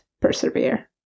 persevere